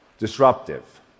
Disruptive